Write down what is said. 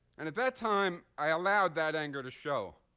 and at that time, i allowed that anger to show.